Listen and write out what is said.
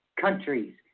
countries